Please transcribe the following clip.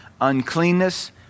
uncleanness